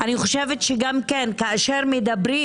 גם כשמדברים